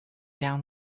down